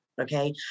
okay